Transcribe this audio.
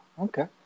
okay